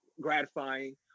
gratifying